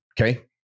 Okay